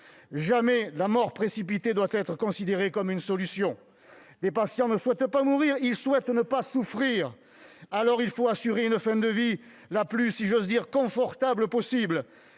jamais la mort précipitée ne doit être considérée comme une solution. Les patients ne souhaitent pas mourir, ils souhaitent ne pas souffrir. Alors il faut leur assurer une fin de vie la plus « confortable » possible,